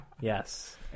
yes